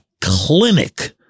clinic